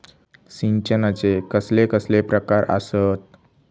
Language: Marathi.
सिंचनाचे कसले कसले प्रकार आसत?